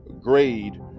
grade